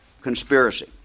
conspiracy